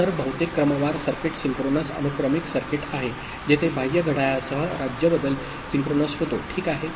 तर बहुतेक क्रमवार सर्किट सिंक्रोनस अनुक्रमिक सर्किट आहे जेथे बाह्य घड्याळासह राज्य बदल सिंक्रोनस होतो ठीक आहे